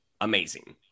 amazing